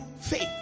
faith